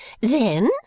Then